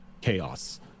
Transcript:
chaos